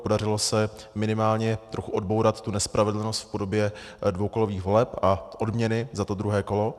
Podařilo se minimálně trochu odbourat tu nespravedlnost v podobě dvoukolových voleb a odměny za to druhé kolo.